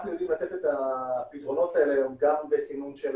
אנחנו יודעים לתת את הפתרונות האלה גם בסינון של